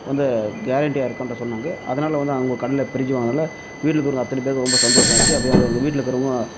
வந்து கேரன்ட்டியாக இருக்கும்று சொன்னாங்கள் அதனால் வந்து அவங்க கடையில் ஃபிரிட்ஜ் வாங்குனதில் வீட்டில் இருக்கிறவங்க அத்தனை பேருக்கும் ரொம்ப சந்தோசம் ஆச்சு அப்புறம் எங்கள் எங்கள் வீட்டில இருக்கிறவங்க